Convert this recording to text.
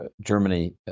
Germany